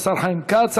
השר חיים כץ.